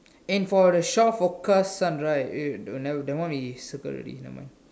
and for the shore forecast sun right eh wait never mind that one is circle already never mind